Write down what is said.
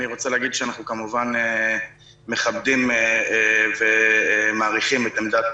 אני רוצה להגיד שאנחנו כמובן מכבדים ומעריכים את עמדת